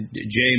James